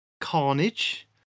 Carnage